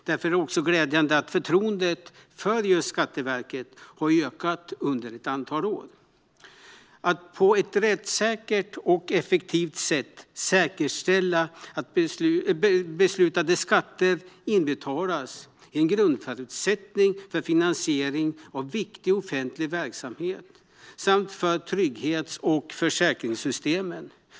Därför är det glädjande att förtroendet för just Skatteverket har ökat under ett antal år. Att på ett rättssäkert och effektivt sätt säkerställa att beslutade skatter inbetalas är en grundförutsättning för finansiering av viktig offentlig verksamhet och av trygghets och försäkringssystemen.